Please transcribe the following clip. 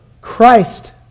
Christ